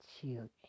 children